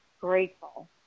grateful